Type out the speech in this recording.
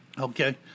Okay